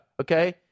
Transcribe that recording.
okay